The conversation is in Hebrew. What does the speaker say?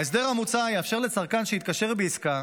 ההסדר המוצע יאפשר לצרכן שהתקשר בעסקה